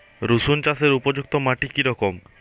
রুসুন চাষের উপযুক্ত মাটি কি রকম?